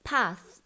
Path